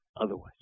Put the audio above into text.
otherwise